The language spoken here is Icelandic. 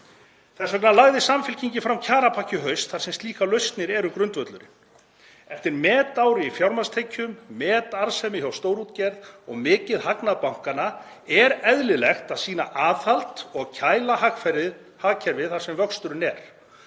Þess vegna lagði Samfylkingin fram kjarapakka í haust þar sem slíkar lausnir eru grundvöllurinn. Eftir metár í fjármagnstekjum, metarðsemi hjá stórútgerð og mikinn hagnað bankanna er eðlilegt að sýna aðhald og kæla hagkerfið þar sem vöxturinn er.